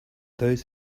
those